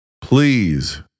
please